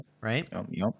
Right